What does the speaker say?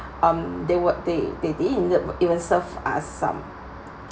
um they were they they didn't eve~ even serve us some